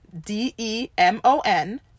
D-E-M-O-N